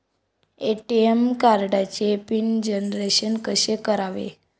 ATM कार्डचे pin generation कसे करायचे?